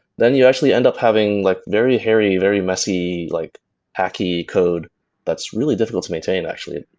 then you actually end up having like very hairy, very messy like hacky code that's really difficult to maintain actually.